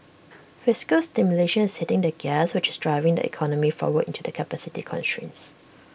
fiscal stimulation is hitting the gas which is driving the economy forward into the capacity constraints